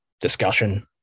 discussion